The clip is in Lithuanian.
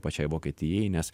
pačiai vokietijai nes